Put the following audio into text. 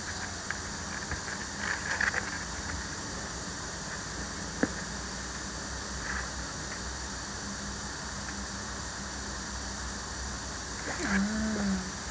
ah